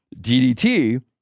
DDT